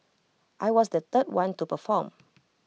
I was the third one to perform